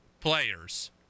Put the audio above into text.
players